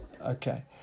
Okay